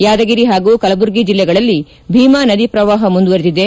ಯಾದಗಿರಿ ಹಾಗೂ ಕೆಲಬುರಗಿ ಜಿಲ್ಲೆಗಳಲ್ಲಿ ಛೀಮಾ ನದಿ ಪ್ರವಾಪ ಮುಂದುವರೆದಿದೆ